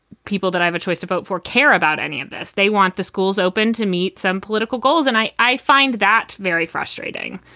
people that i have a choice to vote for care about any of this. they want the schools open to meet some political goals. and i i find that very frustrating.